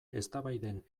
eztabaiden